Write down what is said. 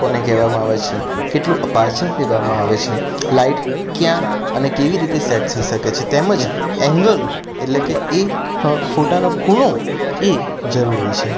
કોને કહેવામાં આવે છે કેટલું અપારચર લેવામાં આવે છે લાઇટ ક્યાં અને કેવી રીતે સેટ થઈ શકે છે તેમજ એંગલ એટલે કે એક ફોટાનો ખૂણો એ જરૂરી છે